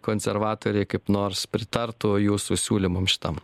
konservatoriai kaip nors pritartų jūsų siūlymam šitam